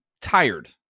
tired